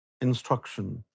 instruction